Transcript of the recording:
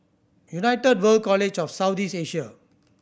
United World College of South East Asia